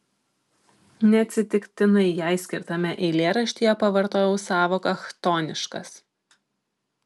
neatsitiktinai jai skirtame eilėraštyje pavartojau sąvoką chtoniškas